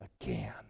again